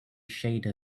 shade